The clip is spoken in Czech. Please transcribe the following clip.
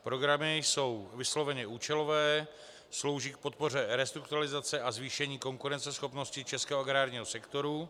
Programy jsou vysloveně účelové, slouží k podpoře restrukturalizace a zvýšení konkurenceschopnosti českého agrárního sektoru.